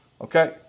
Okay